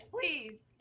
please